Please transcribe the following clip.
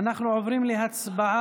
אנחנו עוברים להצבעה.